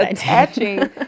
attaching